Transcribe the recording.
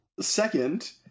Second